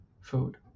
food